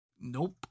Nope